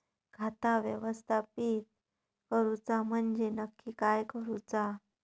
खाता व्यवस्थापित करूचा म्हणजे नक्की काय करूचा?